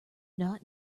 not